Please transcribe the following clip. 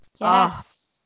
Yes